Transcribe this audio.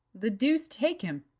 the deuce take him!